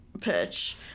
pitch